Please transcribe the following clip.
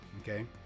okay